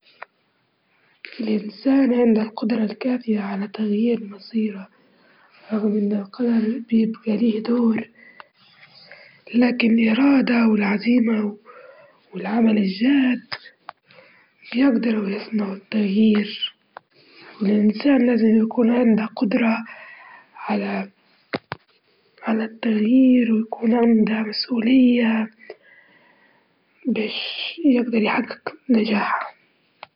أول سؤال هو شين الشي اللي يهمك في حياتك؟ والثاني شين الشيء اللي تبي تحققه بالمستقبل وتبي توصله؟ وإيش أحلامك؟ وإيش المشاعر اللي تحس بيها لما توصل للهدف؟